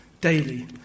Daily